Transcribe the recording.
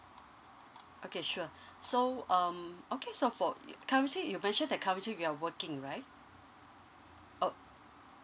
okay sure so um okay so for currently you mention that currently you're working right oh